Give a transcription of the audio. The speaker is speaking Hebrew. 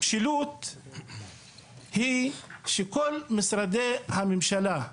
משילות היא שכל משרדי הממשלה,